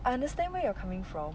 I understand where you're coming from